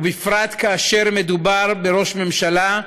ובפרט כאשר מדובר בראש ממשלה,